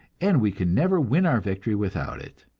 and we can never win our victory without it.